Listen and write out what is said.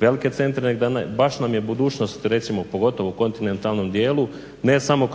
velike centre nego baš nam je budućnost recimo pogotovo u kontinentalnom dijelu ne samo